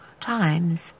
times